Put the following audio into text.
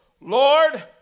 Lord